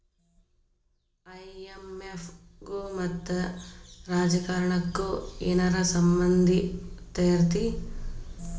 IMF ಗು ಮತ್ತ ರಾಜಕಾರಣಕ್ಕು ಏನರ ಸಂಭಂದಿರ್ತೇತಿ?